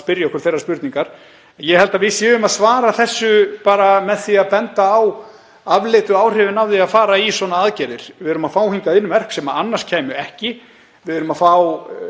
spyrja okkur þeirrar spurningar. En ég held að við séum að svara þessu með því að benda á afleiddu áhrifin af því að fara í aðgerðir af þessu tagi. Við erum að fá hingað inn verk sem annars kæmu ekki. Við erum að fá